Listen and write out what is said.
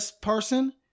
person